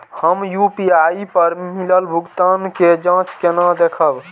हम यू.पी.आई पर मिलल भुगतान के जाँच केना देखब?